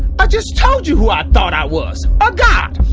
i just told you who i thought i was a god.